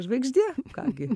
žvaigždė ką gi